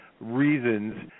reasons